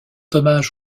hommage